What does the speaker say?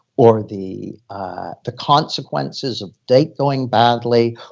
or the the consequences of date going badly,